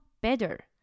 better